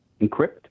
encrypt